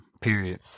period